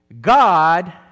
God